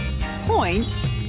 point